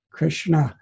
Krishna